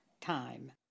time